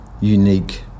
unique